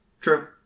True